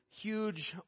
huge